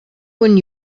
when